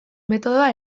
metodoa